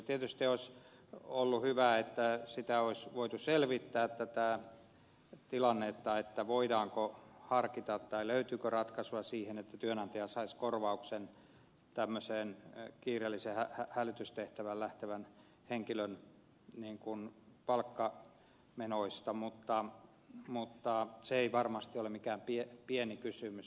tietysti olisi ollut hyvä että olisi voitu selvittää tätä tilannetta voidaanko harkita tai löytyykö ratkaisua siihen että työantaja saisi korvauksen tämmöiseen kiireelliseen hälytystehtävään lähtevän henkilön palkkamenoista mutta se ei varmasti ole mikään pieni kysymys